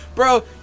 Bro